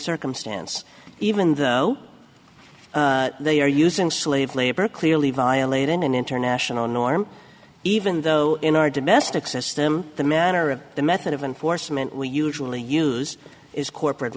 circumstance even though they are using slave labor clearly violate in an international norm even though in our domestic system the manner of the method of enforcement we usually use is corporate